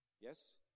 Yes